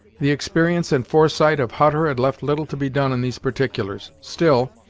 the experience and foresight of hutter had left little to be done in these particulars still,